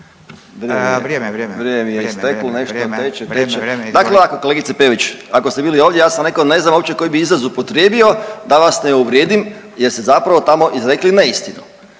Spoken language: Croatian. Vrijeme mi je isteklo, nešto teče. Dakle, kolegice Peović ako ste bili ja sam rekao ne znam uopće koji bi izraz upotrijebio da vas ne uvrijedim jer ste zapravo tamo izrekli neistinu.